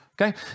okay